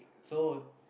so